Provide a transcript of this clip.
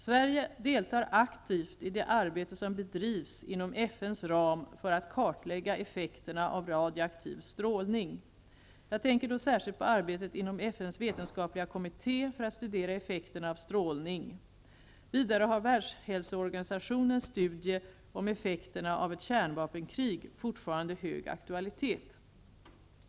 Sverige deltar aktivt i det arbete som bedrivs inom FN:s ram för att kartlägga effekterna av radioaktiv strålning. Jag tänker då särskilt på arbetet inom FN:s vetenskapliga kommitté för att studera effekterna av strålning . Vidare har Världshälsoorganisationens studie om effekterna av ett kärnvapenkrig fortfarande hög aktualitet.